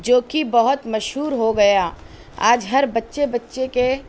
جو کہ بہت مشہور ہو گیا آج ہر بچے بچے کے